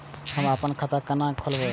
हम अपन खाता केना खोलैब?